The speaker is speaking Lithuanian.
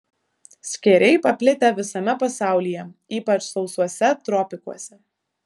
skėriai paplitę visame pasaulyje ypač sausuose tropikuose